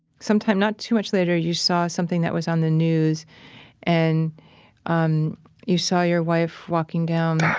sometime not too much later, you saw something that was on the news and um you saw your wife walking down,